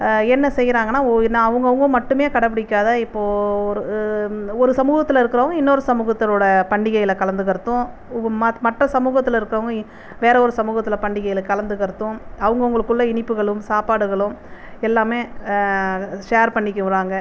என்ன செய்றாங்கன்னா ஒ அவங்கவுங்க மட்டுமே கடைபிடிக்காத இப்போ ஒரு ஒரு சமுகத்தில் இருக்குறவங்கள் இன்னொரு சமூகத்தினரோட பண்டிகையில் கலந்துக்கிறதும் ம மற்ற சமூகத்தில் இருக்கவங்க வேறொரு சமூகத்தில் பண்டிகையில் கலந்துக்கறதும் அவங்கவுங்களுக்குள்ள இனிப்புகளும் சாப்பாடுகளும் எல்லாமே ஷேர் பண்ணிக்கிறாங்கள்